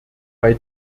bei